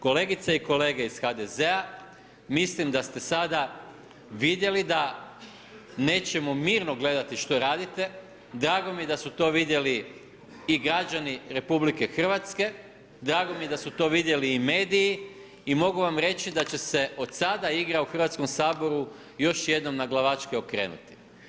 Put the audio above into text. Kolegice i kolege iz HDZ-a mislim da ste sada vidjeli da nećemo mirno gledati što radite, drago mi je da su to vidjeli i građani RH, drago mi je da su to vidjeli i mediji i mogu vam reći, da će se od sada igra u Hrvatskom saboru, još jednom naglavačke okrenuti.